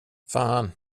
fan